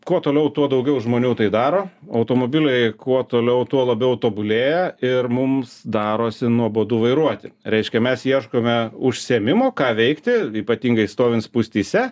kuo toliau tuo daugiau žmonių tai daro automobiliai kuo toliau tuo labiau tobulėja ir mums darosi nuobodu vairuoti reiškia mes ieškome užsiėmimo ką veikti ypatingai stovint spūstyse